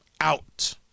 Out